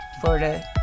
Florida